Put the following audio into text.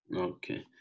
Okay